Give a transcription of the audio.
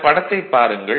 இந்தப் படத்தை பாருங்கள்